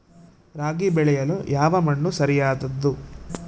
ರಾಗಿ ಬೆಳೆಯಲು ಯಾವ ಮಣ್ಣು ಸರಿಯಾದದ್ದು?